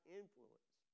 influence